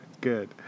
good